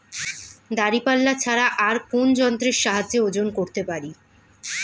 দাঁড়িপাল্লা ছাড়া আর কোন যন্ত্রের সাহায্যে ওজন করতে পারি?